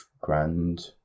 grand